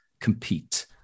compete